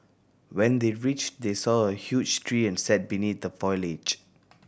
when they reached they saw a huge tree and sat beneath the foliage